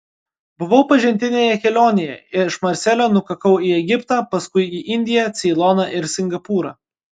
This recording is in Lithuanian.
buvau pažintinėje kelionėje iš marselio nukakau į egiptą paskui į indiją ceiloną ir singapūrą